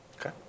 Okay